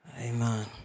Amen